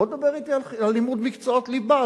בוא דבר אתי על לימוד מקצועות הליבה,